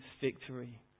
victory